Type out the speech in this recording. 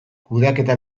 kudeaketa